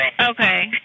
Okay